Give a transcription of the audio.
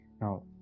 now